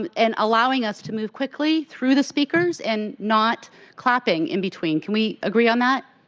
and allowing us to move quickly through the speakers, and not clapping in between. can we agree on that?